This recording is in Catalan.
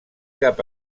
cap